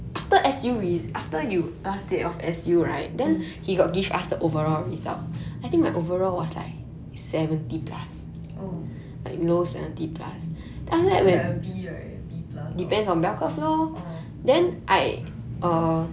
mm mm orh that's like a B right B plus or